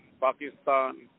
Pakistan